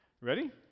Ready